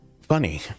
funny